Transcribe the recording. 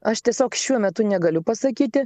aš tiesiog šiuo metu negaliu pasakyti